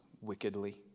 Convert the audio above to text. wickedly